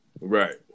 Right